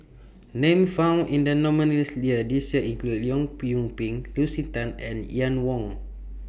Names found in The nominees' list This Year include Leong Yoon Pin Lucy Tan and Ian Woo